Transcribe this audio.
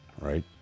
right